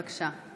בבקשה.